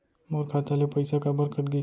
मोर खाता ले पइसा काबर कट गिस?